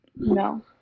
No